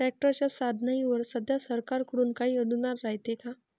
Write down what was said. ट्रॅक्टरच्या साधनाईवर सध्या सरकार कडून काही अनुदान रायते का?